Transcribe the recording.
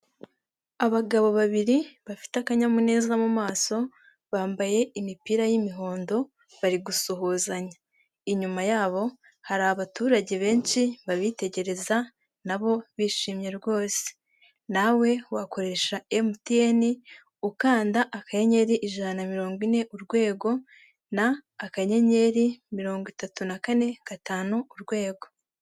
Abagabo babiri bafite akanyamuneza mu maso bambaye imipira y'imihondo, bari gusuhuzanya inyuma yabo hari abaturage benshi babitegereza nabo bishimye rwose nawe wakoresha emutiyeni ukanda akanyenyeri ijana na mirongo ine urwego na akanyenyeri mirongo itatu na kane gatanu urwego.